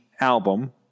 album